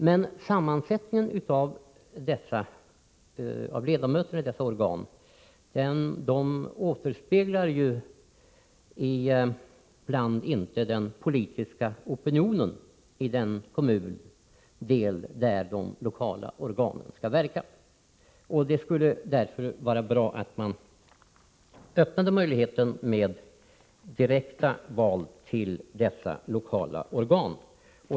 Men sammansättningen av ledamöterna i dessa organ återspeglar ibland inte den politiska opinionen i den kommundel där de lokala organen skall verka. Det skulle därför vara bra om det blev möjligt med direkta val till dessa lokala organ.